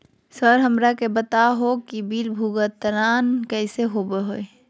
Sir हमरा के बता हो कि बिल भुगतान कैसे होबो है?